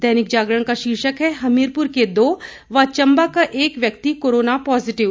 दैनिक जागरण का शीर्षक है हमीरपुर के दो व चंबा का एक व्यक्ति कोरोना पॉजिटिव